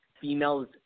females